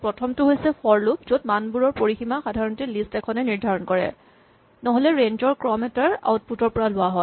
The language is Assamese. প্ৰথমটো হৈছে ফৰ লুপ য'ত মানবোৰৰ পৰিসীমা সাধাৰণতে লিষ্ট এখনে নিৰ্দ্ধাৰণ কৰে নহ'লে ৰেঞ্জ ৰ ক্ৰম এটাৰ আউটপুট ৰ পৰা লোৱা হয়